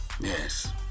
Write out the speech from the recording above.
yes